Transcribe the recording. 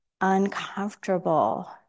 uncomfortable